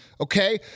okay